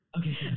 Okay